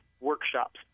Workshops